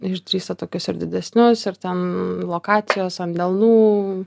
išdrįso tokius ir didesnius ir ten lokacijos ant delnų